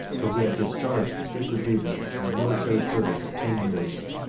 till he had discharged the sacred duty by a military service of ten years.